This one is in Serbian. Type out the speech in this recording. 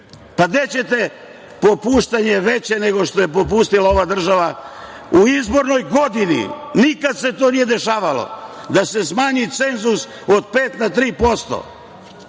veće popuštanje nego što je popustila ova država u izbornoj godini? Nikad se to nije dešavalo, da se smanji cenzus od 5% na 3%